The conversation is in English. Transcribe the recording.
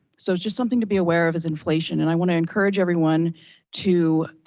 so it's just something to be aware of is inflation. and i want to encourage everyone to,